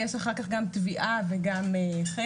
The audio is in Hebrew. יש אחר כך גם טביעה וגם חנק,